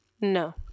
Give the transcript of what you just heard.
No